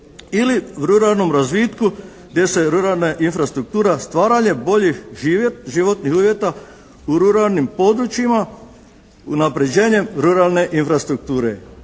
ili u ruralnom razvitku gdje se ruralna infrastruktura stvaranje boljih životnih uvjeta u ruralnim područjima unapređenjem ruralne infrastrukture,